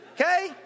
Okay